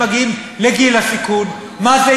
השלום.